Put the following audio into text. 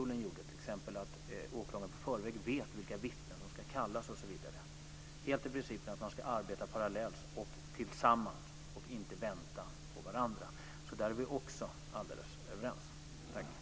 Det gäller t.ex. att åklagaren i förväg vet vilka vittnen som ska kallas osv. - helt enligt principen att man ska arbeta parallellt och tillsammans, och inte vänta på varandra. Där är vi också alldeles överens.